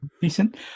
Decent